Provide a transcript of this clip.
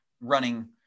running